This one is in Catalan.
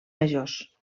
majors